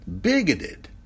bigoted